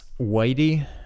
Whitey